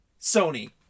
Sony